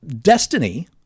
Destiny